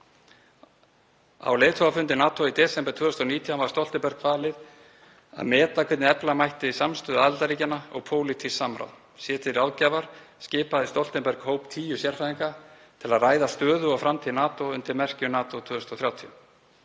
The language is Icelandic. Á leiðtogafundi NATO í desember 2019 var Stoltenberg falið að meta hvernig efla mætti samstöðu aðildarríkjanna og pólitískt samráð. Sér til ráðgjafar skipaði Stoltenberg hóp tíu sérfræðinga til að ræða stöðu og framtíð NATO undir merkjum NATO 2030.